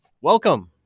welcome